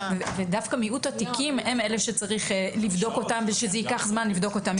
ודווקא מיעוט התיקים הם אלה שצריך לבדוק אותם ושייקח זמן לבדוק אותם.